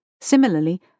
Similarly